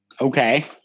Okay